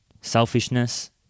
selfishness